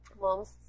mom's